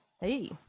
Hey